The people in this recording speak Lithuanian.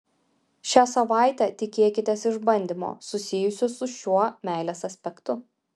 šią savaitę tikėkitės išbandymo susijusio su šiuo meilės aspektu